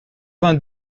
vingt